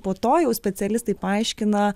po to jau specialistai paaiškina